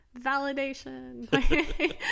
Validation